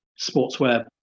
sportswear